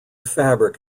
fabric